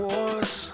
Wars